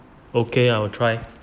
okay I will try